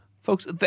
Folks